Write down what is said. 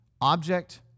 object